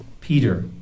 Peter